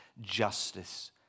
justice